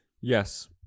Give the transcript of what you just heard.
Yes